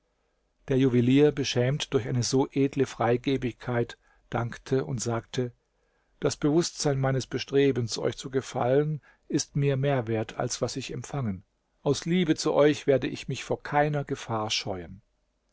der juwelier beschämt durch eine so edle freigebigkeit dankte und sagte das bewußtsein meines bestrebens euch zu gefallen ist mir mehr wert als was ich empfangen aus liebe zu euch werde ich mich vor keiner gefahr scheuen